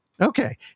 Okay